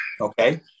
Okay